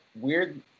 weird